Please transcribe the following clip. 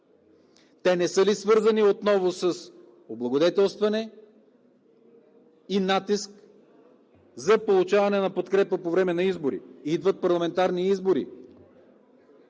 Те не са ли свързани отново с облагодетелстване и натиск за получаване на подкрепа по време на избори? Идват парламентарни избори